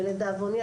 ולדאבוני,